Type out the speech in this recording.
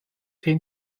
hin